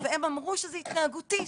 והם אמרו שזה התנהגותי,